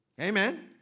Amen